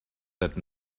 that